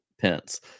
pence